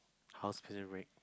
how's Prison Break